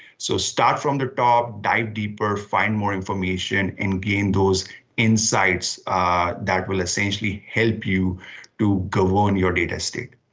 so start from the top, dive deeper, find more information and gain those insights that will essentially help you to go on your data state.